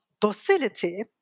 docility